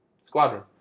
squadron